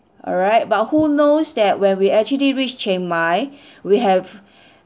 alright but who knows that when we actually reached chiang mai we have